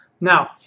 now